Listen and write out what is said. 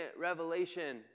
revelation